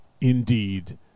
indeed